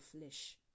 flesh